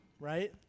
right